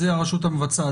זה הרשות המבצעת.